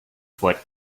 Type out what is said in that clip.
foot